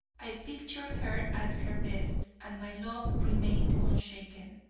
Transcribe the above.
i pictured her at her best, and my love remained unshaken.